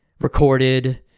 Recorded